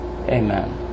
Amen